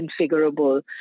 configurable